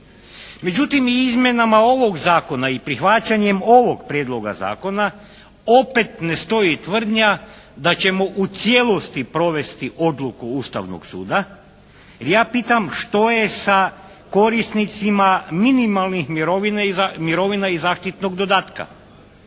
Međutim i izmjenama ovog zakona i prihvaćanjem ovog prijedloga zakona opet ne stoji tvrdnja da ćemo u cijelosti provesti odluku Ustavnog suda, jer ja pitam što je sa korisnicima minimalnih mirovina i zaštitnog dodatka.